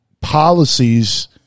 policies